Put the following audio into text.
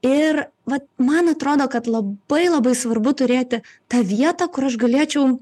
ir vat man atrodo kad labai labai svarbu turėti tą vietą kur aš galėčiau